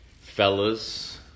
Fellas